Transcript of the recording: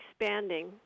expanding